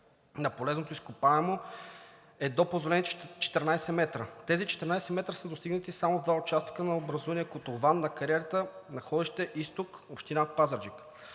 на полезното изкопаемо е до позволените 14 м. Тези 14 м са достигнати само в два участъка на образувания котлован на кариерата находище „Изток“, община Пазарджик.